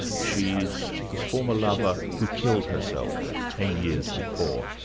she's his former lover, who killed herself ten years before,